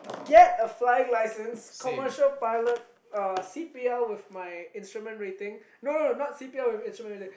get a flying license commercial pilot uh C_P_L with my instrument rating no no no not C_P_L with instrument rating